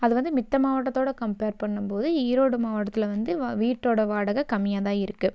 அது வந்து மத்த மாவட்டத்தோடு கம்ப்பேர் பண்ணும்போது ஈரோடு மாவட்டத்தில் வந்து வீட்டோடய வாடகை கம்மியாகதான் இருக்குது